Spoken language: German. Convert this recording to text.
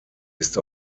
ist